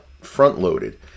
front-loaded